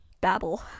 babble